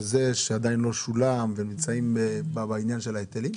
זה שעדיין לא שולם והם נמצאים בעניין של ההיטלים?